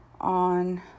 on